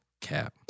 Cap